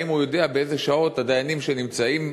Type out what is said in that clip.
האם הוא יודע באיזה שעות הדיינים נמצאים,